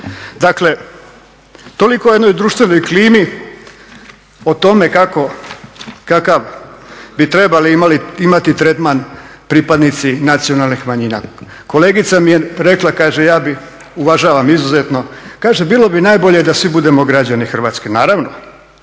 Dakle, toliko o jednoj društvenoj klimi, o tome kakav bi trebao imati tretman pripadnici nacionalnih manjina. Kolegica mi je rekla, kaže ja uvažavam izuzetno, kaže bilo bi najbolje da svi budemo građani Hrvatske. Naravno